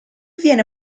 viene